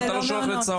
אתה לא שולח לצהרון?